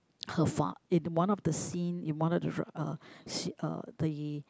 her fa~ in one of the scene in one of the r~ uh s~ uh the